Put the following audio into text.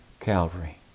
Calvary